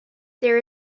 there